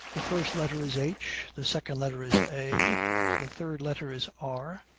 the first letter is h the second letter is a the third letter is r.